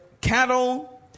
cattle